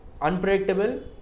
unpredictable